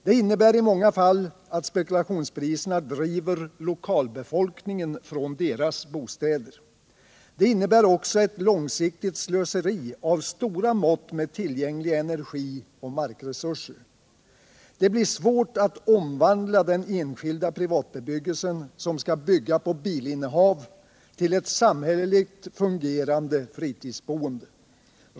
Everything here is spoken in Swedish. Det innebär i många fall att spekulationspriserna driver lokalbefolkningen från dess bostäder. Det innebär också ett långsiktigt slöseri av stora mått med tillgängliga energioch markresurser. Det blir svårt att omvandla den enskilda privatbebyggelsen, som skall bygga på bilinnehav, till ett samhälleligt fungerande fritidsboende.